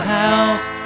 house